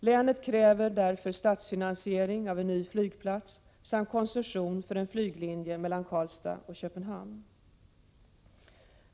Länet kräver därför statsfinansiering av en ny flygplats samt koncession för en flyglinje mellan Karlstad och Köpenhamn.